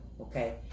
Okay